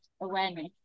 awareness